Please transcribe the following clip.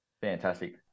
Fantastic